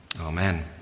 Amen